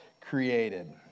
created